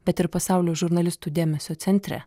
bet ir pasaulio žurnalistų dėmesio centre